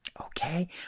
okay